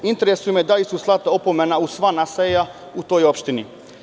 Interesuje me da li su slate opomene u sva naselja u toj opštini?